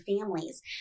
families